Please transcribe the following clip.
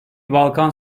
balkan